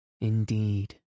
Indeed